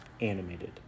animated